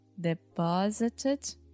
deposited